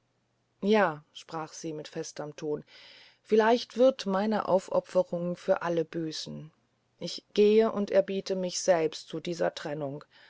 ja sprach sie mit festerem ton vielleicht wird meine aufopferung für alle büßen ich gehe und erbiete mich selbst zu dieser trennung